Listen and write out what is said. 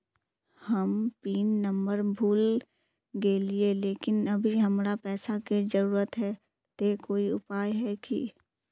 हम pin number भूल गेलिये लेकिन अभी हमरा पैसा के जरुरत है ते कोई उपाय है की?